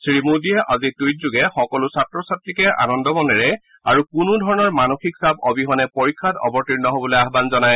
শ্ৰীমোদীয়ে আজি টুইটাৰযোগে সকলো ছাত্ৰ ছাত্ৰীকে আনন্দ মনেৰে আৰু কোনো ধৰণৰ মানসিক চাপ অবিহনে পৰীক্ষাত অবতীৰ্ণ হ'বলৈ আহান জনায়